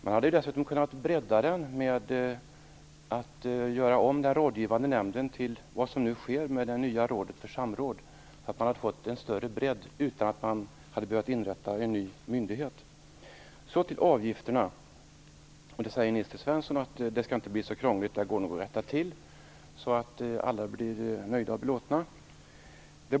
Man hade dessutom kunnat bredda den genom att göra om den rådgivande nämnden på samma sätt som man nu inrättar det nya rådet för samråd. Då hade man fått en större bredd utan att man hade behövt inrätta en ny myndighet. När det gäller avgifterna säger Nils T Svensson att det inte kommer att bli så krångligt och att det nog går att rätta till så att alla blir nöjda och belåtna.